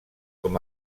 com